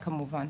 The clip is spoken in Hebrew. כמובן,